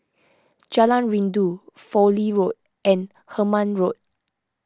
Jalan Rindu Fowlie Road and Hemmant Road